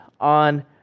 on